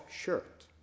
shirt